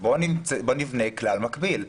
בואו נבנה כלל מקביל.